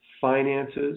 finances